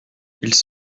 ils